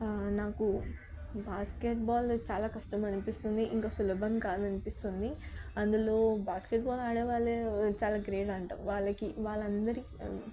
నాకు బాస్కెట్బాల్ చాలా కష్టం అనిపిస్తుంది ఇంకా సులభం కాదని అనిపిస్తుంది అందులో బాస్కెట్బాల్ ఆడే వాళ్ళు చాలా గ్రేట్ అంటాం వాళ్ళకి వాళ్ళందరికి